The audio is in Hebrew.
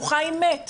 הוא חי מת,